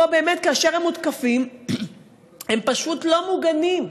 מקצוע שבו כאשר הם מותקפים, הם פשוט לא מוגנים.